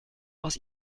aus